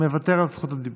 מוותר על זכות הדיבור,